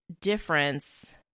difference